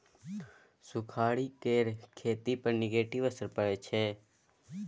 सुखाड़ि केर खेती पर नेगेटिव असर परय छै